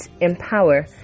empower